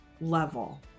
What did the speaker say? level